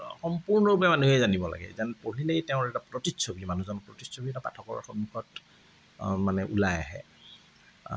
সম্পূৰ্ণৰূপে মানুহে জানিব লাগে যেন পঢ়িলেই তেওঁৰ এটা প্ৰতিচ্ছবি মানুহৰ প্ৰতিচ্ছবি যাতে পাঠকৰ সন্মুখত মানে ওলাই আহে